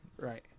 right